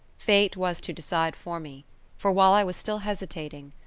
fate was to decide for me for, while i was still hesitating,